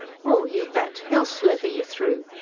oh, you bet! he'll slither you through.